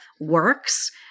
works